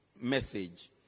message